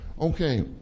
Okay